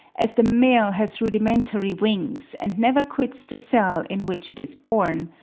as the male has rudimentary wings, and never quits the cell in which it is born,